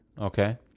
Okay